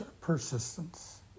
persistence